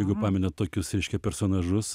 jeigu pamenat tokius reiškia personažus